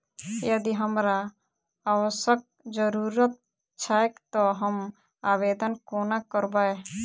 यदि हमरा आवासक जरुरत छैक तऽ हम आवेदन कोना करबै?